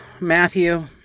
Matthew